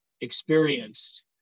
experienced